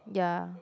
ya